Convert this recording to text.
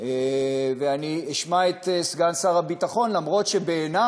אני אשמע את סגן שר הביטחון, למרות שבעיני